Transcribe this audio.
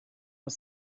els